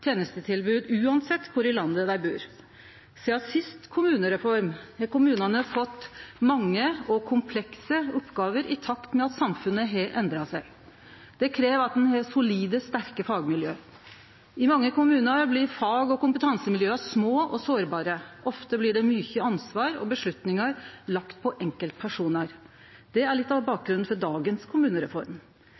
tenestetilbod same kor i landet dei bur. Sidan siste kommunereform har kommunane fått mange og komplekse oppgåver, i takt med at samfunnet har endra seg. Det krev at ein har solide, sterke fagmiljø. I mange kommunar blir fag- og kompetansemiljøa små og sårbare, ofte blir det mykje ansvar, og beslutningar blir lagde på enkeltpersonar. Det er litt av bakgrunnen for dagens kommunereform.